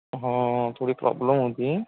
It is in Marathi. हां थोडी प्रॉब्लम होती